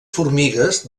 formigues